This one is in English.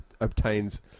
obtains